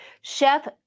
Chef